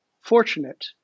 fortunate